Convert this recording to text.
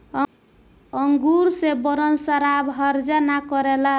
अंगूर से बनल शराब हर्जा ना करेला